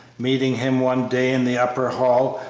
meeting him one day in the upper hall,